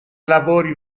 lavori